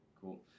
Cool